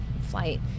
flight